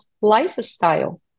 lifestyle